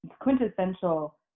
quintessential